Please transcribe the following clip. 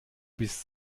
bist